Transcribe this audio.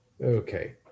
Okay